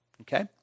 okay